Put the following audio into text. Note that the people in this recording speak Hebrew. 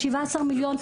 17 מיליון,